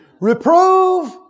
Reprove